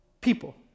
people